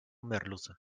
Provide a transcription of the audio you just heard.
merluza